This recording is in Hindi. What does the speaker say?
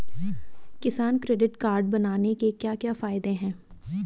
किसान क्रेडिट कार्ड बनाने के क्या क्या फायदे हैं?